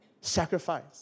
Sacrifice